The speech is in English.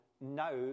now